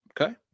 Okay